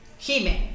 Jime